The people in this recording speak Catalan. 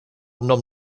nom